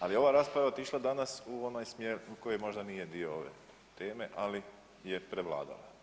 Ali ova je rasprava otišla danas u onaj smjer u koji možda nije dio ove teme, ali je prevladala.